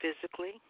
physically